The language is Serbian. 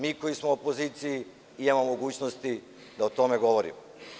Mi koji smo u opoziciji imamo mogućnosti da o tome govorimo.